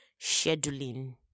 scheduling